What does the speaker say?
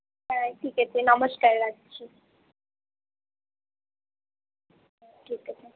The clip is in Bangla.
হ্যাঁ ঠিক আছে নমস্কার রাখছি ঠিক আছে